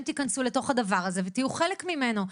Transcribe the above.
תיכנסו לתוך הדבר הזה ותהיו חלק ממנו,